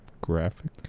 graphic